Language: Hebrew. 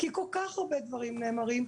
כי כל כך הרבה דברים נאמרים,